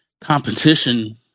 competition